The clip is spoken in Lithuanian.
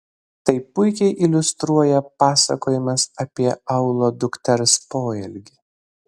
tai puikiai iliustruoja pasakojimas apie aulo dukters poelgį